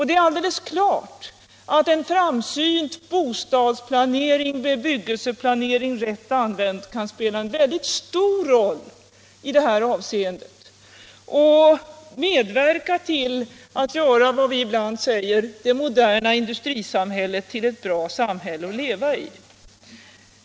Det är alldeles klart att en framsynt bostadsoch bebyggelseplanering, rätt använd, kan spela en mycket stor roll i detta sammanhang och medverka till att, som vi ibland säger, göra det moderna industrisamhället till ett bra samhälle att leva i.